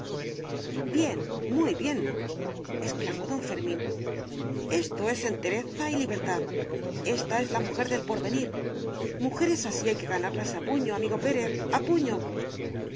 bien muy bien exclamó don fermín esto es entereza y libertad esta es la mujer del porvenir mujeres así hay que ganarlas a puño amigo pérez a puño